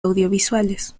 audiovisuales